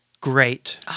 great